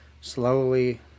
slowly